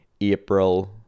April